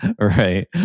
Right